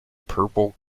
purple